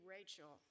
Rachel